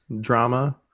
drama